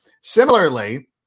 Similarly